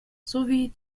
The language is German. sowie